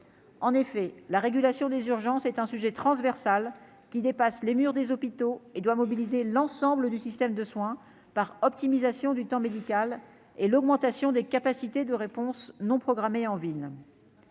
en effet, la régulation des urgences est un sujet transversal qui dépassent les murs des hôpitaux et doit mobiliser l'ensemble du système de soins par optimisation du temps médical et l'augmentation des capacités de réponse non programmés en ville.